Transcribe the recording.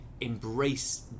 embrace